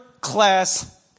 class